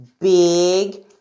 big